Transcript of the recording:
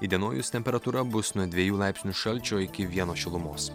įdienojus temperatūra bus nuo dviejų laipsnių šalčio iki vieno šilumos